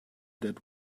that